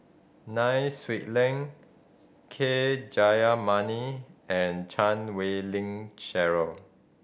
Nai Swee Leng K Jayamani and Chan Wei Ling Cheryl